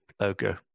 logo